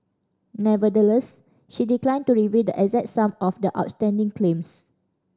nevertheless she declined to reveal the exact sum of the outstanding claims